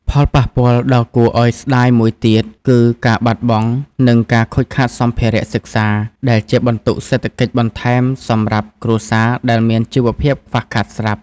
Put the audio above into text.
ផលប៉ះពាល់ដ៏គួរឱ្យស្ដាយមួយទៀត គឺការបាត់បង់ និងការខូចខាតសម្ភារៈសិក្សា ដែលជាបន្ទុកសេដ្ឋកិច្ចបន្ថែមសម្រាប់គ្រួសារដែលមានជីវភាពខ្វះខាតស្រាប់។